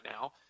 now